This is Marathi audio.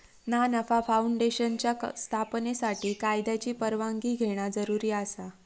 ना नफा फाऊंडेशनच्या स्थापनेसाठी कायद्याची परवानगी घेणा जरुरी आसा